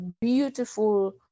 beautiful